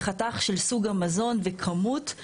בחתך של סוג המזון וכמות,